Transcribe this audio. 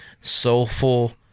soulful